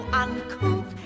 uncouth